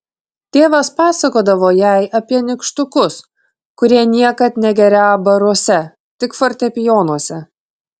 tėvas pasakodavo jai apie nykštukus kurie niekad negerią baruose tik fortepijonuose